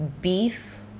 beef